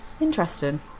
interesting